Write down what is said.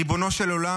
ריבונו של עולם,